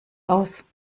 aus